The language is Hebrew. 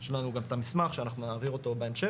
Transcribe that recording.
יש לנו גם את המסמך שאנחנו נעביר אותו בהמשך,